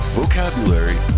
vocabulary